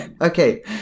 Okay